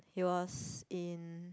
he was in